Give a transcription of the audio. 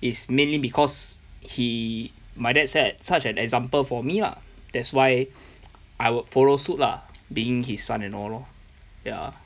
is mainly because he my dad set such an example for me lah that's why I will follow suit lah being his son and all lor ya